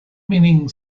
meaning